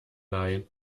laien